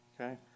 okay